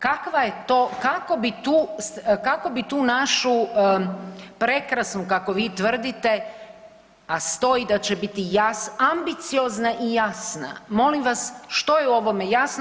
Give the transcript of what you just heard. Kakva je to, kako bi tu, kako bi tu našu prekrasnu kako vi tvrdite, a stoji da će biti ambiciozna i jasna, molim vas što je u ovome jasno?